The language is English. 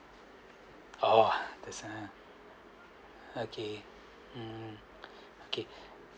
oh okay mm okay